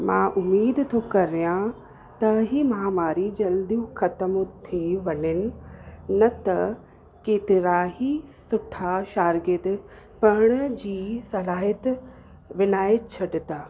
मां उमेद थो कयां त हीअ महामारी जल्दियूं ख़तम थी वञनि न त केतिरा ई सुठा शागीर्द पढ़ण जी सरायत विञाए छॾंदा